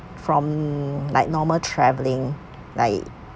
from like normal travelling like